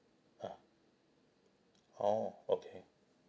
ah orh okay